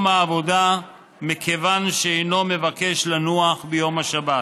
עבודה מכיוון שהינו מבקש לנוח ביום השבת.